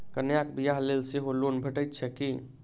कन्याक बियाह लेल सेहो लोन भेटैत छैक की?